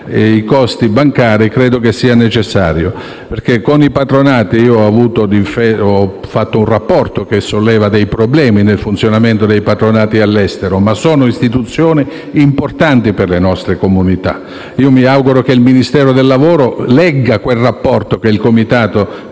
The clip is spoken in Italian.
dai costi bancari, credo sia necessario. Ho fatto un rapporto che solleva problemi nel funzionamento dei patronati all'estero, ma sono istituzioni importanti per le nostre comunità. Mi auguro che il Ministero del lavoro legga il rapporto che il Comitato